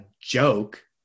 joke